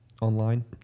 online